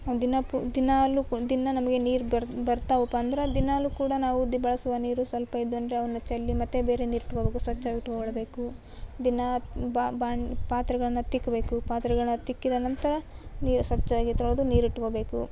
ದಿನ ಪು ದಿನಾಲು ಪು ದಿನ ನಮಗೆ ನೀರು ಬರ್ತಾವಪ್ಪ ಅಂದ್ರೆ ದಿನಾಲು ಕೂಡ ನಾವು ದಿ ಬಳಸುವ ನೀರು ಸ್ವಲ್ಪ ಇದ್ದಂದ್ರೆ ಅವನ್ನ ಚೆಲ್ಲಿ ಮತ್ತೆ ಬೇರೆ ನೀರು ಇಟ್ಕೊಬೇಕು ಸ್ವಚ್ಛವಿಟ್ಕೊಳ್ಳಬೇಕು ದಿನ ಬಾಣ ಪಾತ್ರೆಗಳನ್ನು ತಿಕ್ಕಬೇಕು ಪಾತ್ರೆಗಳನ್ನು ತಿಕ್ಕಿದ ನಂತರ ನೀರು ಸ್ವಚ್ಛವಾಗಿ ತೊಳೆದು ನೀರಿಟ್ಟುಕೊಬೇಕು